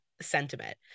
sentiment